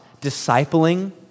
discipling